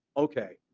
okay,